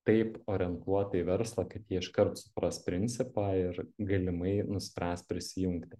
taip orientuota į verslą kad jie iškart supras principą ir galimai nuspręs prisijungti